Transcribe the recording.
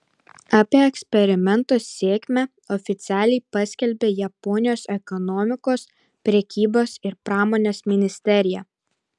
apie eksperimento sėkmę oficialiai paskelbė japonijos ekonomikos prekybos ir pramonės ministerija